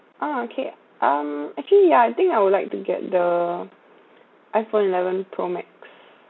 oh okay um actually yeah I think I would like to get the iPhone eleven pro max